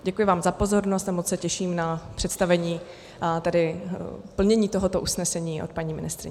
Děkuji vám za pozornost a moc se těším na představení plnění tohoto usnesení od paní ministryně.